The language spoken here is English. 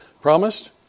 promised